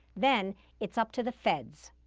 then it's up to the feds.